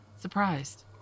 surprised